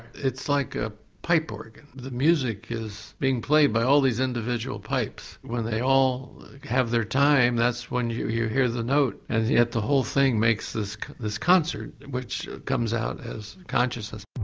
it's like a pipe organ, the music is being played by all these individual pipes when they all have their time that's when you you hear the note and yet the whole thing makes this this concert which comes out as consciousness.